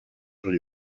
sur